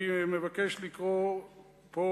אני מבקש לקרוא פה,